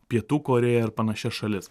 pietų korėją ir panašias šalis